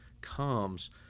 comes